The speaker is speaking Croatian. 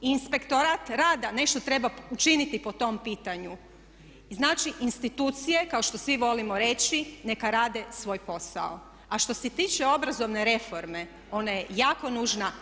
Inspektorat rada nešto treba učiniti po tom pitanju, znači institucije kao što svi volimo reći, neka rade svoj posao a što se tiče obrazovne reforme ona je jako nužna.